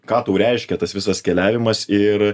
ką tau reiškia tas visas keliavimas ir